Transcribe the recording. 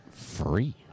Free